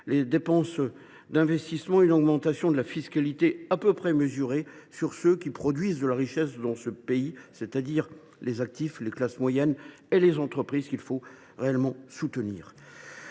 les dépenses d’investissement, et une augmentation de la fiscalité à peu près mesurée sur ceux qui produisent de la richesse dans ce pays, c’est à dire les actifs, les classes moyennes et les entreprises. Dans le contexte